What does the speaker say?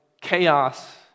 chaos